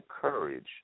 courage